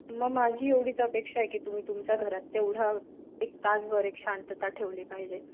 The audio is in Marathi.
मग माझी एवढीच अपेक्षा आहे की तुम्ही तुमच्या घरात तेवढा एक तासभर एक शांतता ठेवली पाहिजे